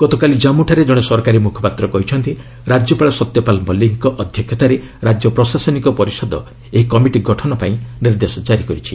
ଗତକାଲି ଜାନ୍ପୁଠାରେ ଜଣେ ସରକାରୀ ମୁଖପାତ୍ର କହିଛନ୍ତି ରାଜ୍ୟପାଳ ସତ୍ୟପାଲ ମଲ୍ଲିକଙ୍କ ଅଧ୍ୟକ୍ଷତାରେ ରାଜ୍ୟ ପ୍ରଶାସନିକ ପରିଷଦ ଏହି କମିଟି ଗଠନ ପାଇଁ ନିର୍ଦ୍ଦେଶ କାରି କରିଛି